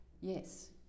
Yes